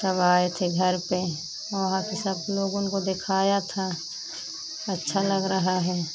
तब आए थे घर पर वहाँ पर सब लोगों को दिखाया था अच्छा लग रहा है